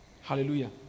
hallelujah